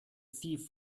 thief